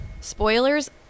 spoilers